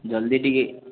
ଜଲ୍ଦି ଟିକେ